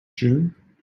june